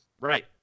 Right